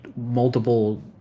multiple